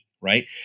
right